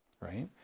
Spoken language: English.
right